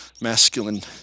masculine